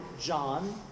John